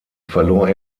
verlor